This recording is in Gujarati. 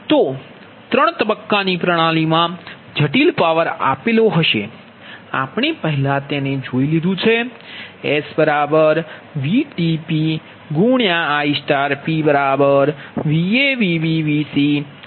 તેથી ત્રણ તબક્કાની પ્રણાલીમાં જટિલ પાવર આપેલ છે આપણે પહેલા તેને જોઈ લીધું છે